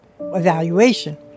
evaluation